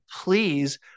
please